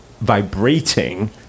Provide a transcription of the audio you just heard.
vibrating